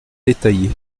détaillée